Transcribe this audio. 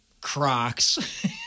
Crocs